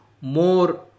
more